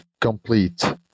complete